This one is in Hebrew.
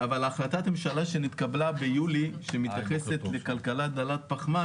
אבל החלטת ממשלה שנתקבלה ביולי שמתייחסת לכלכלה דלת פחמן